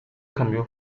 cambio